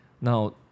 now